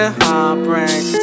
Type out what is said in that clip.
heartbreak